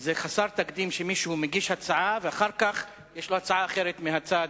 זה חסר תקדים שמישהו מגיש הצעה ואחר כך יש לו הצעה אחרת מהצד.